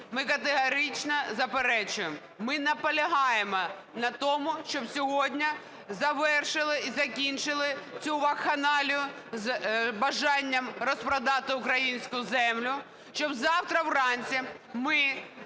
ми категорично заперечуємо. Ми наполягаємо на тому, щоб сьогодні завершили і закінчили цю вакханалію з бажанням розпродати українську землю. Щоб завтра вранці ми